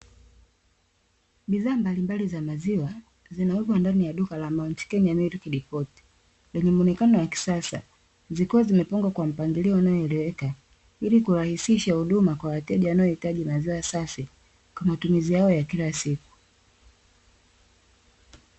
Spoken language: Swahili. Bidhaa mbalimbali za maziwa zinauzwa ndani ya duka la"MOUNT KENYA MILK DEPOT " zenye muonekano wa kisasa, zikiwa zimepangwa kwa mpangilio unaoeleweka ili kurahisisha huduma kwa wateja wanaohitaji maziwa safi kwa matumizi yao ya kila siku.